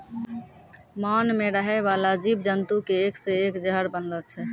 मान मे रहै बाला जिव जन्तु के एक से एक जहर बनलो छै